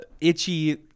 Itchy